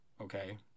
okay